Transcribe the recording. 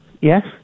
Yes